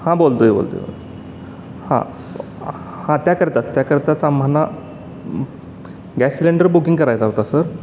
हां बोलतो आहे बोलतो आहे हां हां त्याकरताच त्याकरताच आम्हाला गॅस सिलेंडर बुकिंग करायचा होता सर